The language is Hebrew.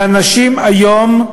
ואנשים היום,